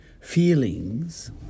feelings